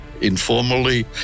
informally